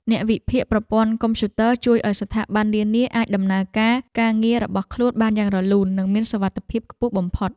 អ្នកវិភាគប្រព័ន្ធកុំព្យូទ័រជួយឱ្យស្ថាប័ននានាអាចដំណើរការការងាររបស់ខ្លួនបានយ៉ាងរលូន និងមានសុវត្ថិភាពខ្ពស់បំផុត។